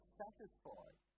satisfied